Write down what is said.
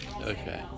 Okay